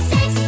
Sex